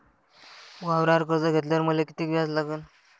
वावरावर कर्ज घेतल्यावर मले कितीक व्याज लागन?